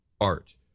art